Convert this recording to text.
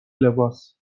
لباس